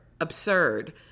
absurd